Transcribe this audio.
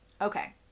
okay